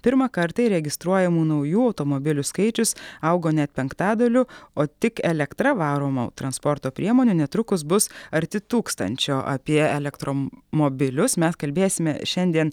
pirmą kartą įregistruojamų naujų automobilių skaičius augo net penktadaliu o tik elektra varomų transporto priemonė netrukus bus arti tūkstančio apie elektro mobilius mes kalbėsime šiandien